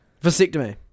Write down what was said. Vasectomy